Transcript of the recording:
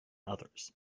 others